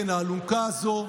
כן, האלונקה הזו,